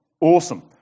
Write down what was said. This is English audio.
awesome